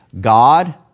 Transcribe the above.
God